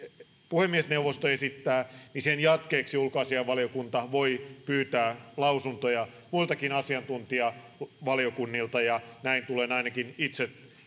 puhemiesneuvosto esittää ulkoasiainvaliokunta voi pyytää lausuntoja muiltakin asiantuntijavaliokunnilta näin tulen ainakin itse